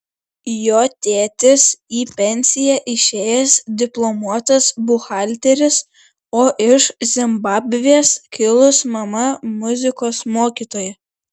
jo tėtis į pensiją išėjęs diplomuotas buhalteris o iš zimbabvės kilus mama muzikos mokytoja